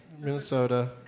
Minnesota